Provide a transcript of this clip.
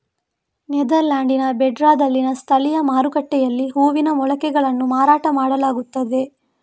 ನೆದರ್ಲ್ಯಾಂಡ್ಸಿನ ಬ್ರೆಡಾದಲ್ಲಿನ ಸ್ಥಳೀಯ ಮಾರುಕಟ್ಟೆಯಲ್ಲಿ ಹೂವಿನ ಮೊಳಕೆಗಳನ್ನು ಮಾರಾಟ ಮಾಡಲಾಗುತ್ತದೆ